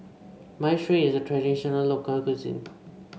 minestrone is a traditional local cuisine